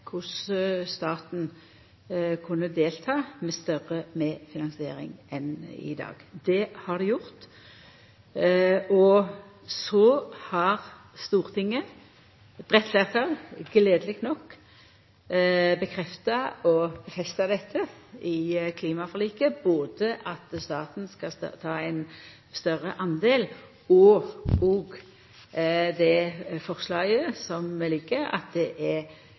korleis staten kunne delta med større medfinansiering enn i dag. Det har dei gjort. Så har Stortinget – eit breitt fleirtal – gledeleg nok stadfesta dette i klimaforliket, både at staten skal ta ein større del, og òg det forslaget som ligg, at det er